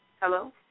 Hello